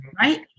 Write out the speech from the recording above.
right